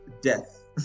death